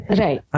right